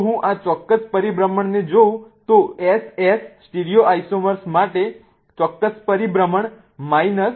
તેથી જો હું આ ચોક્કસ પરિભ્રમણને જોઉં તો SS સ્ટીરિયોઈઆસોમર માટે ચોક્કસ પરિભ્રમણ 12